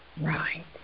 right